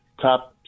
Top